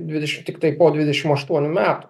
dvidešimt tiktai po dvidešim aštuonių metų